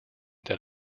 that